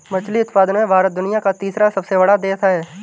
मछली उत्पादन में भारत दुनिया का तीसरा सबसे बड़ा देश है